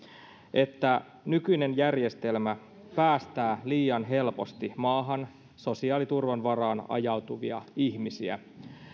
että nykyinen järjestelmä päästää liian helposti maahan sosiaaliturvan varaan ajautuvia ihmisiä